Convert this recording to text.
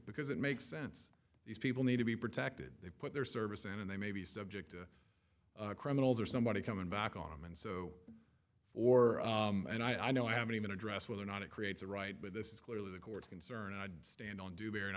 because it makes sense these people need to be protected they put their service in and they may be subject to criminals or somebody coming back on them and so or and i know i haven't even addressed whether or not it creates a right but this is clearly the court's concern i'd stand on do better and